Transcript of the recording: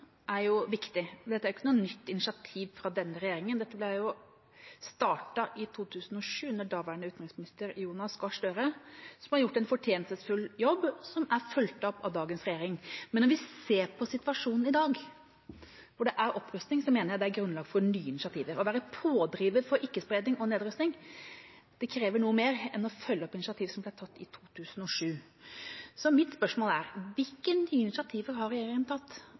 viktig, men dette er jo ikke noe nytt initiativ fra denne regjeringa. Dette ble startet i 2007, under daværende utenriksminister Jonas Gahr Støre, som har gjort en fortjenestefull jobb, som er fulgt opp av dagens regjering. Men når vi ser på situasjonen i dag, hvor det er opprustning, mener jeg det er grunnlag for nye initiativer. Å være en pådriver for ikke-spredning og nedrustning krever noe mer enn å følge opp initiativer som ble tatt i 2007. Så mitt spørsmål er: Hvilke nye initiativer har regjeringa tatt,